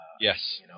yes